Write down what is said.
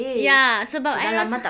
ya sebab I rasa